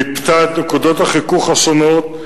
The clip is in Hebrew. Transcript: מיפתה את נקודות החיכוך השונות,